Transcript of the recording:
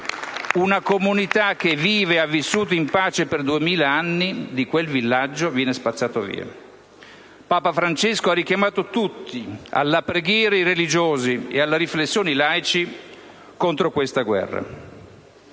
Una comunità che vive e ha vissuto in pace per duemila anni in quel villaggio viene spazzata via. Papa Francesco ha richiamato tutti - alla preghiera i religiosi, alla riflessione i laici - contro questa guerra.